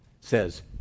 says